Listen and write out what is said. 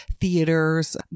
theaters